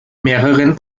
mehreren